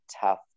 tough